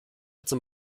zum